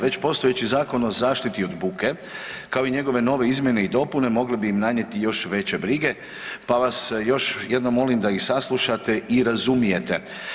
Već postojeći Zakon o zaštiti od buke kao i njegove nove izmjene i dopune, mogle bi im nanijeti još veće brige pa vas još jednom molim da ih saslušate i razumijete.